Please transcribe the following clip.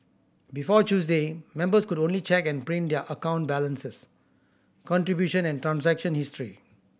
before Tuesday members could only check and print their account balances contribution and transaction history